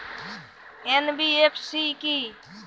NBFC কী?